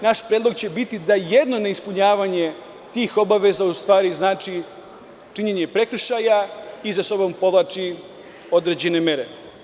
Naš predlog će biti da jedno ispunjavanje tih obaveza u stvari znači činjenje prekršaja i za sobom povlači određene mere.